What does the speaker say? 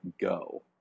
go